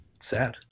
sad